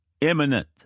imminent